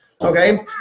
Okay